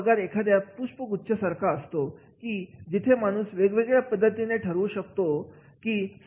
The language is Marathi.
पगार हा एखाद्या पुष्पगुच्छ सारखा असतो की जिथे माणूस वेगवेगळ्या पद्धतीने ठरवू शकतो सजवू शकतो